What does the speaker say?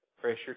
Pressure